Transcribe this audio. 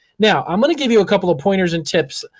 now, i'm gonna give you a couple of pointers and tips.